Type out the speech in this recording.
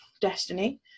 destiny